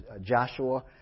Joshua